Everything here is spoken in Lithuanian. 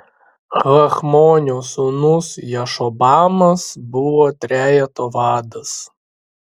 hachmonio sūnus jašobamas buvo trejeto vadas